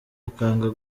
akanga